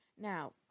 Now